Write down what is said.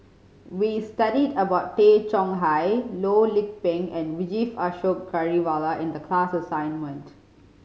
we studied about Tay Chong Hai Loh Lik Peng and Vijesh Ashok Ghariwala in the class assignment